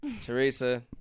Teresa